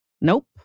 Nope